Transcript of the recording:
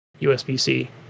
USB-C